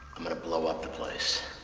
i'm going to blow up the place.